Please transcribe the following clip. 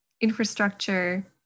Infrastructure